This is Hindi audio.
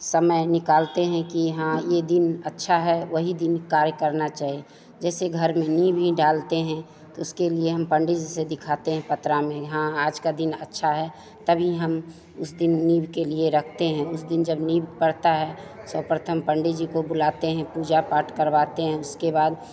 समय निकालते हैं कि हाँ ये दिन अच्छा है वहीं दिन कार्य करना चाहिए जैसे घर में नींव ही डालते है तो उसके लिए हम पंडित जी से दिखाते हैं पतरा में हाँ आजका दिन अच्छा है तभी हम उस दिन नींव के लिए रखते हैं उस दिन जब नींब पड़ता है सर्वप्रथम पंडित जी को बुलाते हैं पूजा पाठ करवाते हैं उसके बाद